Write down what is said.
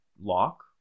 lock